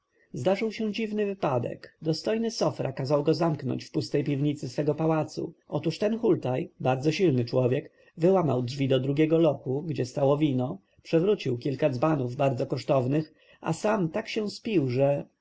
zdarzył się dziwny wypadek dostojny sofra kazał go zamknąć w pustej piwnicy swego pałacu otóż ten hultaj bardzo silny człowiek wyłamał drzwi do drugiego lochu gdzie stało wino przewrócił kilka dzbanów bardzo kosztownych a sam tak się spił że